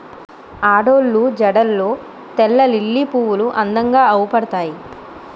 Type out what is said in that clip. ఆడోళ్ళు జడల్లో తెల్లలిల్లి పువ్వులు అందంగా అవుపడతాయి